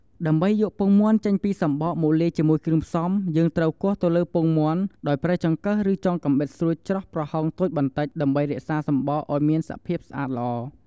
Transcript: ដើម្បីយកពងមាន់ចេញពីសំបកមកលាយជាមួយគ្រឿងផ្សំ យើងត្រូវគោះទៅលើពងមាន់ដោយប្រើចង្កឹះឬចុងកាំបិតស្រួចចោះប្រហោងតូចបន្តិច ដើម្បីរក្សាសំបកឲ្យមានសភាពស្អាតល្អ។